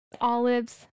olive's